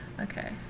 okay